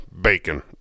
Bacon